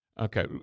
Okay